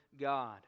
God